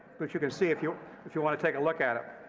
which you can see if you if you want to take a look at it.